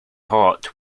hot